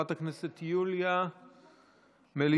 חברת הכנסת יוליה מלינובסקי,